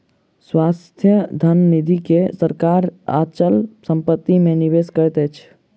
स्वायत्त धन निधि के सरकार अचल संपत्ति मे निवेश करैत अछि